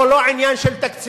או לא עניין של תקציבים.